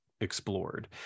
explored